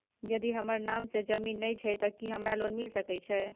यदि हमर नाम से ज़मीन नय छै ते की हमरा लोन मिल सके छै?